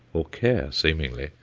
or care, seemingly.